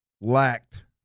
lacked